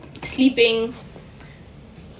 sleeping